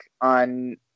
on